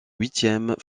huitièmes